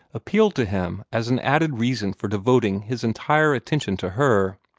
appealed to him as an added reason for devoting his entire attention to her.